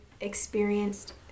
experienced